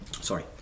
sorry